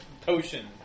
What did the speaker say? potion